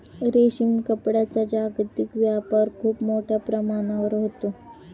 रेशीम कापडाचा जागतिक व्यापार खूप मोठ्या प्रमाणावर होतो